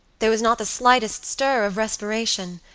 there was not the slightest stir of respiration.